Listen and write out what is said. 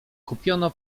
kupiono